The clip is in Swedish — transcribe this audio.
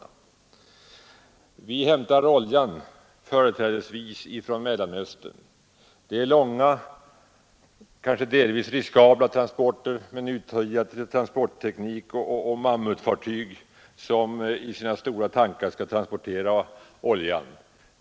Vi hämtar oljan företrädesvis från Mellanöstern. Det är långa, kanske delvis riskabla transporter med mammutfartyg som i sina stora tankar skall forsla oljan.